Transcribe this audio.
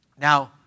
now